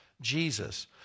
Jesus